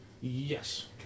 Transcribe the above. Yes